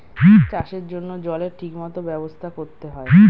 চাষের জন্য জলের ঠিক মত ব্যবস্থা করতে হয়